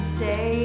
say